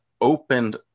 opened